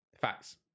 facts